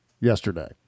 yesterday